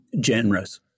generous